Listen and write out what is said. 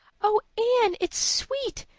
oh, anne, it's sweet.